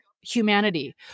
humanity